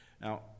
Now